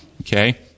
Okay